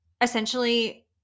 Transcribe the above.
essentially